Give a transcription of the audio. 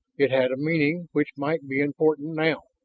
it had a meaning which might be important now.